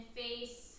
face